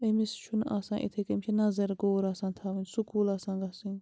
أمِس چھُنہٕ آسان یِتھٔے کٔنۍ أمِس چھِ نظر غور آسان تھاوٕنۍ سکوٗل آسان گژھُن